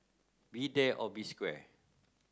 be there or be square